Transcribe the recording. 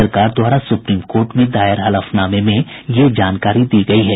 सरकार द्वारा supreme court में दायर हलफनामे में यह जानकारी दी गयी है